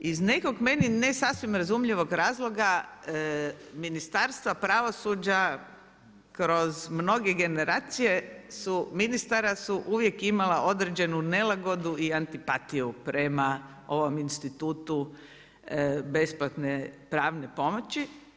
Iz nekog meni ne sasvim razumljivog razloga Ministarstva pravosuđa kroz mnoge generacije ministara su uvijek imala određenu nelagodu i antipatiju prema ovom institutu besplatne pravne pomoći.